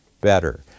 better